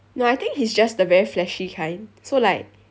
no I think he's just the very flashy kind so like